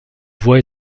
voie